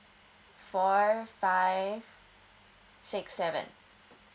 four five six seven